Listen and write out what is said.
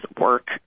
work